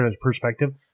perspective